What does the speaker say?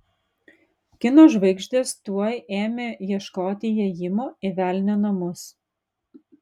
kino žvaigždės tuoj ėmė ieškoti įėjimo į velnio namus